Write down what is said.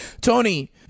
Tony